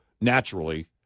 naturally